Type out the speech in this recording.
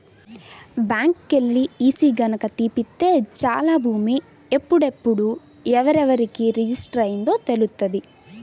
బ్యాంకుకెల్లి ఈసీ గనక తీపిత్తే చాలు భూమి ఎప్పుడెప్పుడు ఎవరెవరికి రిజిస్టర్ అయ్యిందో తెలుత్తది